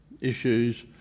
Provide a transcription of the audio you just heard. issues